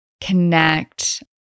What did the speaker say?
connect